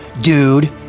dude